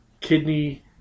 kidney